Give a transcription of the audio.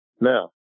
Now